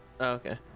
okay